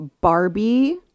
Barbie